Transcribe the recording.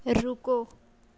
रुको